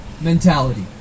mentality